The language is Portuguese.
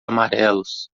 amarelos